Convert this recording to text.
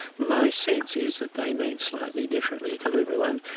my sense is that they mean slightly differently to everyone,